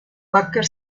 baker